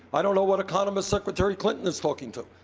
i don't know what economists secretary clinton is talking to,